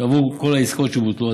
עבור כל העסקאות שבוטלו.